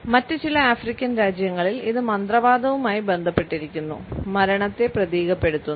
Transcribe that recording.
മറ്റ് ചില ആഫ്രിക്കൻ രാജ്യങ്ങളിൽ ഇത് മന്ത്രവാദവുമായി ബന്ധപ്പെട്ടിരിക്കുന്നു മരണത്തെ പ്രതീകപ്പെടുത്തുന്നു